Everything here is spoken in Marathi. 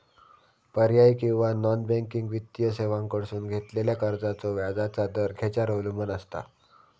पर्यायी किंवा नॉन बँकिंग वित्तीय सेवांकडसून घेतलेल्या कर्जाचो व्याजाचा दर खेच्यार अवलंबून आसता?